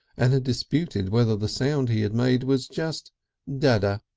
and disputed whether the sound he had made was just da da,